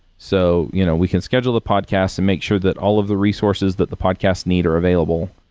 so, you know we can schedule the podcast and make sure that all of the resources that the podcast need are available.